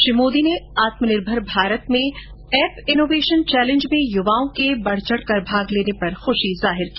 श्री मोदी ने आत्मनिर्भर भारत में app innovation challenge में युवाओं के बढ़ चढ़कर भाग लेने पर ख़्शी जाहिर की